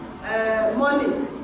money